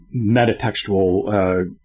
metatextual